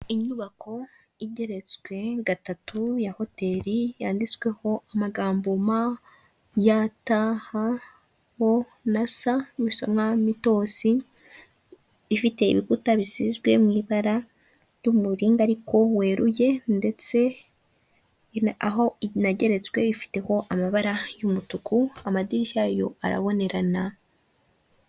Ifoto y'abana b'abanyeshuri bicaye muri sale, imbere yaho hakaba hari umuyobozi urimo kubaha amabwiriza.